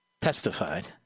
testified